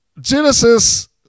Genesis